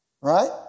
Right